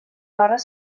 hores